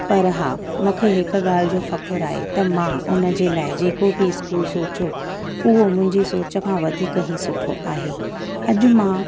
पर हा मूंखे हिकु ॻाल्हि जो फ़खुर आहे त मां उनजे लाइ जेको बि स्कूल सोचो उहो मुंहिंजी सोचु खां वधीक ई सुठो आहे अॼु मां